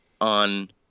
on